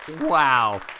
Wow